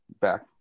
back